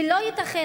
ולא ייתכן,